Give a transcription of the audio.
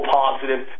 positive